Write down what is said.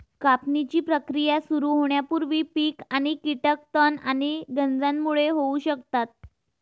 कापणीची प्रक्रिया सुरू होण्यापूर्वी पीक आणि कीटक तण आणि गंजांमुळे होऊ शकतात